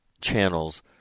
channels